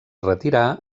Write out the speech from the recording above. retirà